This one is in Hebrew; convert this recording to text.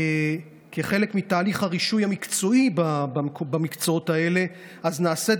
כחלק מתהליך הרישוי המקצועי במקצועות האלה נעשית